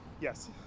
Yes